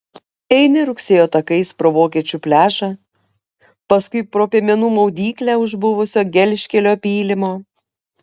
eini rugsėjo takais pro vokiečių pliažą paskui pro piemenų maudyklę už buvusio gelžkelio pylimo